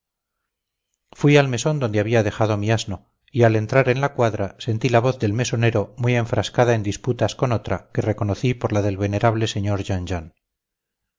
fui al mesón donde había dejado mi asno y al entrar en la cuadra sentí la voz del mesonero muy enfrascada en disputas con otra que reconocí por la del venerable señor